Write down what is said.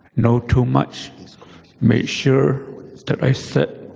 know too much made sure that i sat